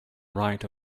right